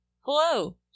Hello